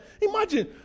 Imagine